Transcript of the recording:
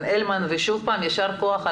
רציתי לציין כמה דברים כדי שיהיו יותר ברורים.